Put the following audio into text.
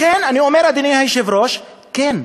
לכן, אני אומר, אדוני היושב-ראש, כן,